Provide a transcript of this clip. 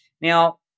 Now